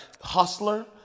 hustler